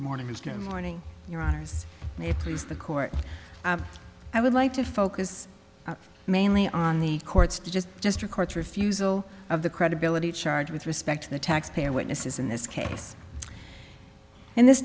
the morning is no morning your honour's may please the court i would like to focus mainly on the court's just just records refusal of the credibility charge with respect to the taxpayer witnesses in this case and this